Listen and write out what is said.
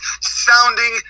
sounding